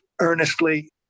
earnestly